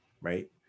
right